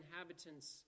inhabitants